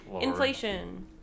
Inflation